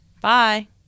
Bye